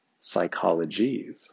psychologies